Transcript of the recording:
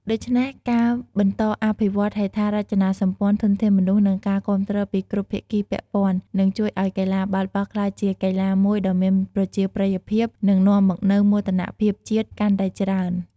ដូច្នេះការបន្តអភិវឌ្ឍហេដ្ឋារចនាសម្ព័ន្ធ ធនធានមនុស្ស និងការគាំទ្រពីគ្រប់ភាគីពាក់ព័ន្ធ នឹងជួយឱ្យកីឡាបាល់បោះក្លាយជាកីឡាមួយដ៏មានប្រជាប្រិយភាព និងនាំមកនូវមោទកភាពជាតិកាន់តែច្រើន។